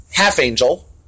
half-angel